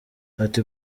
ati